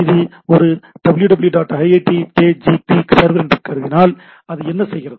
இது ஒரு www iitkgp server என்று நான் கருதினால் அது என்ன செய்கிறது